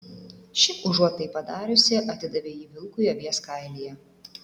ši užuot tai padariusi atidavė jį vilkui avies kailyje